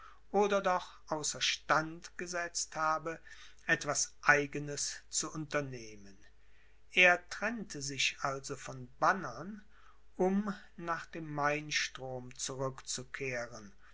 oder doch außer stand gesetzt habe etwas eigenes zu unternehmen er trennte sich also von bannern um nach dem mainstrom